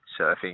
surfing